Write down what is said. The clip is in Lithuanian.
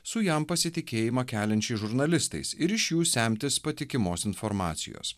su jam pasitikėjimą keliančiais žurnalistais ir iš jų semtis patikimos informacijos